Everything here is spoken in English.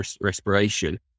respiration